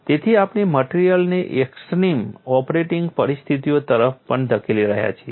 તેથી આપણે મટેરીઅલને એક્સટ્રીમ ઓપરેટિંગ પરિસ્થિતિઓ તરફ પણ ધકેલી રહ્યા છીએ